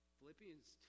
Philippians